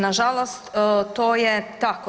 Nažalost to je tako.